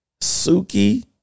Suki